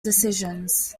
decisions